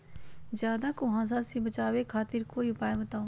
ज्यादा कुहासा से बचाव खातिर कोई उपाय बताऊ?